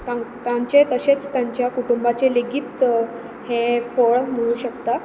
तां तांचेय तशेंच तांच्या कुटुंबांचें लेगीत हें फळ म्हणू शकता